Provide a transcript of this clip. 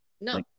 No